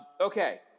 okay